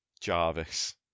Jarvis